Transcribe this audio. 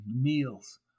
meals